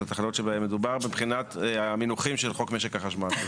התחנות שבהן מדובר מבחינת המינוחים של חוק משק החשמל.